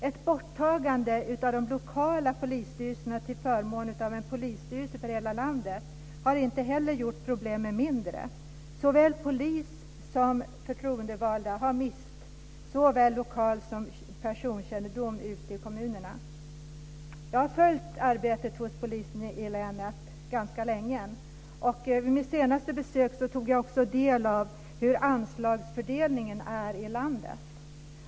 Ett borttagande av de lokala polisstyrelserna till förmån för en polisstyrelse för hela landet har inte heller gjort problemen mindre. Såväl polis som förtroendevalda har mist såväl lokal som personkännedom ute i kommunerna. Jag har följt arbetet hos polisen i länet ganska länge. Vid mitt senaste besök tog jag också del av hur anslagsfördelningen är i landet.